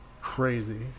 crazy